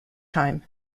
time